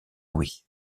louis